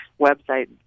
website